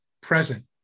present